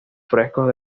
frescos